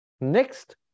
next